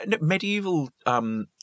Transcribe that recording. medieval